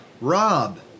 Rob